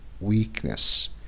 weakness